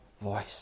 voice